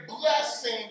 blessing